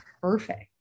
perfect